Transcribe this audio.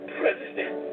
president